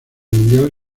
mundial